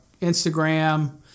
Instagram